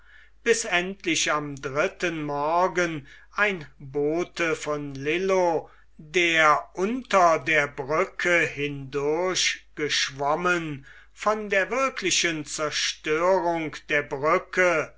bis endlich am dritten morgen ein bote von lillo der unter der brücke hindurch geschwommen von der wirklichen zerstörung der brücke